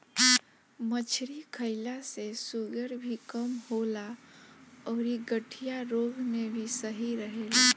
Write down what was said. मछरी खईला से शुगर भी कम होला अउरी गठिया रोग में भी सही रहेला